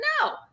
No